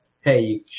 hey